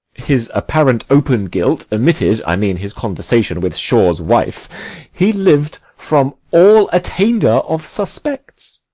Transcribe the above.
his apparent open guilt omitted i mean, his conversation with shore's wife he liv'd from all attainder of suspects.